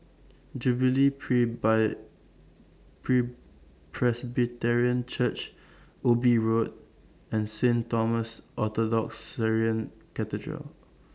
Jubilee Presbyterian Church Ubi Road and Saint Thomas Orthodox Syrian Cathedral